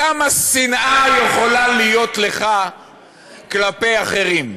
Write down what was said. כמה שנאה יכולה להיות לך כלפי אחרים?